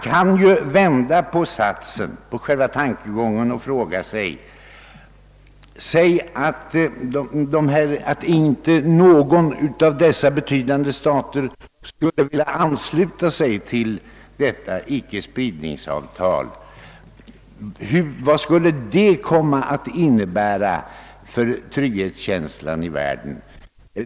Låt mig vända på tankegången och anta att inte någon av dessa stater skulle vilja ansluta sig till detta icke-spridningsavtal. Hur skulle det påverka trygghetskänslan i världen?